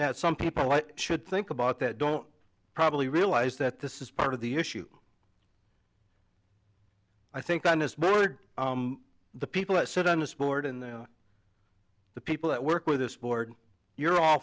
that some people i should think about that don't probably realize that this is part of the issue i think on this board the people that sit on the sport and the people that work with this board you're all